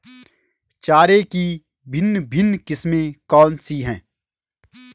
चारे की भिन्न भिन्न किस्में कौन सी हैं?